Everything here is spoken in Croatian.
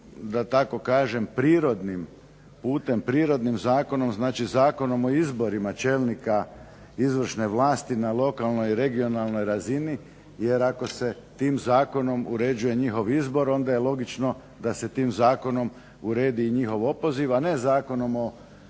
da tako kažem prirodnim putem, prirodnim zakonom, znači Zakonom o izborima čelnika izvršne vlasti na lokalnoj i regionalnoj razini jer ako se tim zakonom uređuje njihov izbor onda je logično da se tim zakonom uredi i njihov opoziv, a ne Zakonom o lokalnoj